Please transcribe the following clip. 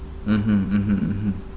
mmhmm mmhmm mmhmm